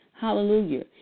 Hallelujah